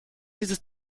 dieses